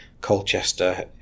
Colchester